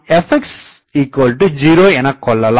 எனவே நாம் Fx0 எனக்கொள்ளலாம்